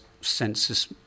Census